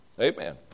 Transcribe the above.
Amen